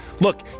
look